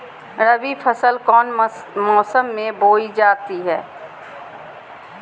रबी फसल कौन मौसम में बोई जाती है?